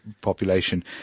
population